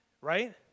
right